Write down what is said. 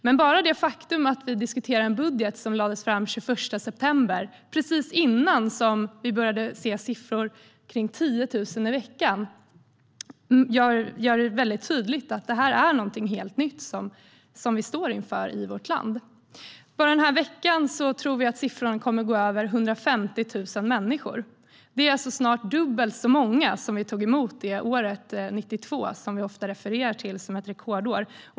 Men bara det faktum att vi diskuterar en budget som lades fram den 21 september, precis innan vi började se siffror kring 10 000 i veckan, gör det tydligt att detta är någonting helt nytt som vi står inför i vårt land. Bara den här veckan tror vi att siffran kommer att gå över 150 000 människor. Det är alltså snart dubbelt så många som vi tog emot år 1992, som vi ofta refererar till som ett rekordår.